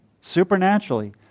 supernaturally